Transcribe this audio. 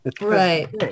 Right